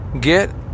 Get